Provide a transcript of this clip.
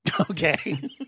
Okay